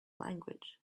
language